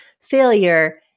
failure